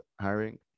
hiring